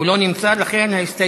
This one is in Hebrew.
הוא לא נמצא, לכן ההסתייגות